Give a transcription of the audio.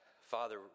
Father